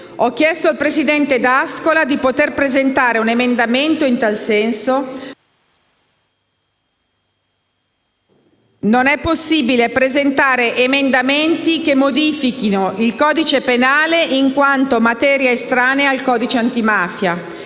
Ho chiesto al presidente D'Ascola di presentare un emendamento in tal senso. Non è però possibile presentare emendamenti che modifichino il codice penale, in quanto materia estranea al codice antimafia.